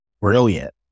brilliant